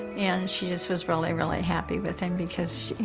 and she just was really, really happy with him because, you